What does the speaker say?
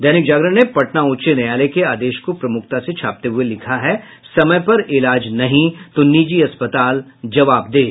दैनिक जागरण ने पटना उच्च न्यायालय के आदेश को प्रमुखता से छापते हुये लिखा है समय पर इलाज नहीं तो निजी अस्पताल जबावदेह